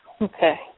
Okay